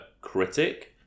critic